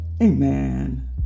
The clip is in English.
Amen